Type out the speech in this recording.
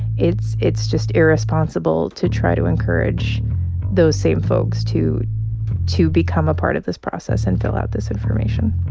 it's it's just irresponsible to try to encourage those same folks to to become a part of this process and fill out this information